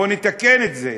בוא נתקן את זה,